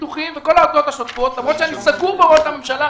ביטוחים וכל ההוצאות השוטפות למרות שאני סגור בהוראת הממשלה.